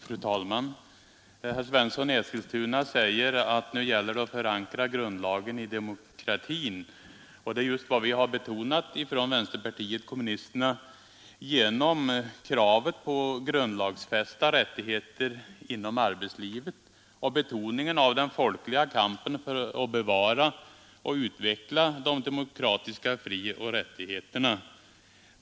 Fru talman! Herr Svensson i Eskilstuna säger att nu gäller det att förankra grundlagen i demokratin. Det är just vad vi har betonat från vänsterpartiet kommunisterna genom kravet på grundlagsfästa rättigheter inom arbetslivet och genom betoningen av den folkliga kampen för att bevara och utveckla de demokratiska frioch rättigheterna.